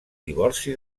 divorci